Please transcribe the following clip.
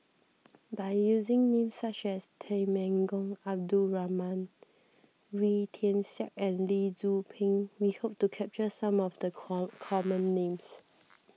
by using names such as Temenggong Abdul Rahman Wee Tian Siak and Lee Tzu Pheng we hope to capture some of the common names